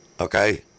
Okay